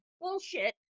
bullshit